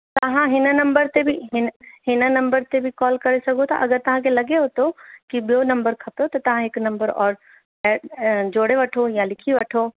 तव्हां हिन नम्बर ते बि हिन हिन नम्बर ते बि कॉल करे सघो था अगरि तव्हांखे लॻेव थो कि ॿियो नम्बर खपे त तव्हां हिकु नम्बर और ए जोड़े वठो या लिखी वठो